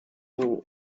rule